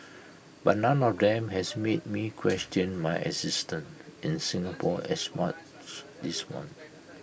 but none of them has made me question my existence in Singapore as much this one